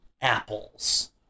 apples